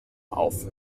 auf